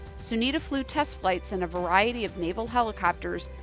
sunita flew test flights in a variety of naval helicopters,